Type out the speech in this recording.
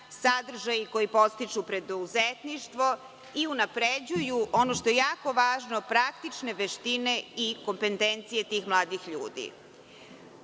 sadržaji koji podstiču preduzetništvo i unapređuju ono što je jako važno, praktične veštine i kompetencije tih mladih